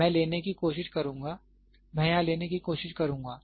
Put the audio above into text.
तो मैं लेने की कोशिश करुंगा मैं यहां लेने की कोशिश करुंगा